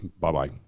Bye-bye